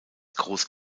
groß